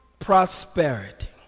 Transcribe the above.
prosperity